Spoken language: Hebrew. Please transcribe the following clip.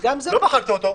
לא מחקת אותו,